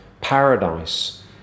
paradise